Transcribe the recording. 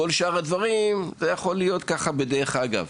כל שאר הדברים יכולים להיות בדרך אגב.